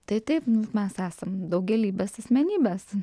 tai taip mes esam daugialypės asmenybės